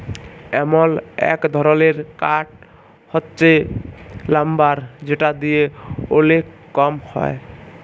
এমল এক ধরলের কাঠ হচ্যে লাম্বার যেটা দিয়ে ওলেক কম হ্যয়